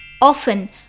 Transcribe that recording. Often